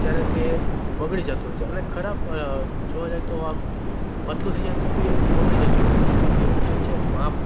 ત્યારે તે બગડી જતું હોય છે અને ખરાબ જોવા જઈએ તો આમ પાતળું થઇ જાય તો બી બગડી જતું હોય છે તો તેનું જે છે માપ